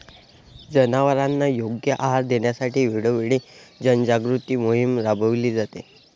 जनावरांना योग्य आहार देण्यासाठी वेळोवेळी जनजागृती मोहीम राबविली जाते